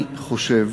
אני חושב,